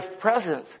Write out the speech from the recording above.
presence